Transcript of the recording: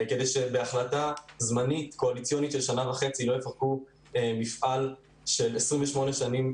כדי שבהחלטה זמנית קואליציונית של שנה וחצי לא יפרקו מפעל של 28 שנים,